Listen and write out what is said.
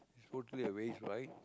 is totally a waste right